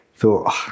Thought